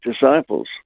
disciples